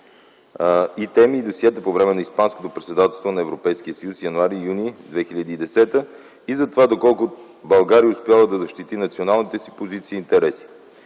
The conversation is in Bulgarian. и теми и досиета по време на Испанското председателство на Европейския съюз – януари-юни 2010 г., и за това доколко България е успяла да защити националните си позиции и интереси.